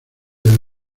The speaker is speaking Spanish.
del